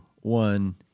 one